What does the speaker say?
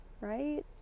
right